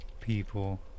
people